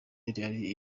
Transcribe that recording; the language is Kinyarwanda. ari